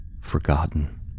forgotten